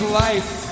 life